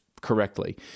correctly